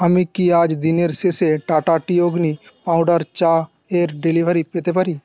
আমি কি আজ দিনের শেষে টাটা টি অগ্নি পাউডার চায়ের ডেলিভারি পেতে পারি